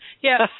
Yes